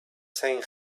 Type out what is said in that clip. same